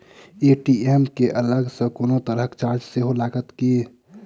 ATM केँ अलग सँ कोनो तरहक चार्ज सेहो लागत की?